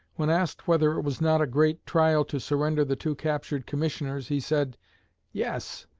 when asked whether it was not a great trial to surrender the two captured commissioners, he said yes,